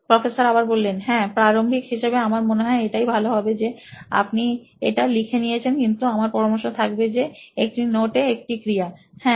professor হ্যাঁ প্রারম্ভিক হিসাবে আমার মনে হয় এটাই ভালো হবে যে আপনি এটা লিখে নিয়েছেন কিন্তু আমার পরামর্শ থাকবে যে একটি নোটে একটি ক্রিয়া হ্যাঁ